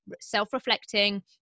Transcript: self-reflecting